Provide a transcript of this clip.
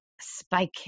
spike